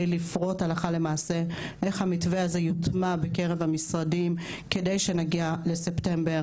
לפרוט הלכה למעשה איך המתווה הזה יוטמע בקרב המשרדים כדי שנגיע לספטמבר